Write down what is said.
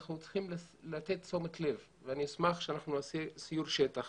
אנחנו צריכים לתת תשומת לב ואני אשמח שנעשה סיור שטח